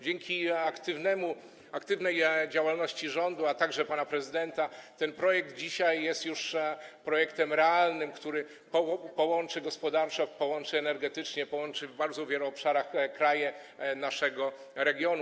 Dzięki aktywnej działalności rządu, a także pana prezydenta ten projekt dzisiaj jest już projektem realnym, który połączy gospodarczo, połączy energetycznie, połączy w bardzo wielu obszarach kraje naszego regionu.